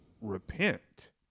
repent